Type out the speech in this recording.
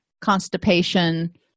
constipation